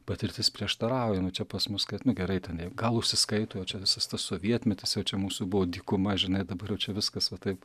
patirtis prieštarauja nu čia pas mus kad nu gerai ten jei gal užsiskaito jau čia visas tas sovietmetis jau čia mūsų buvo dykuma žinai dabar jau čia viskas va taip